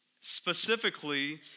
specifically